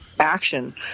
action